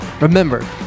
Remember